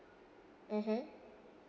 (uh huh)